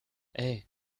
hey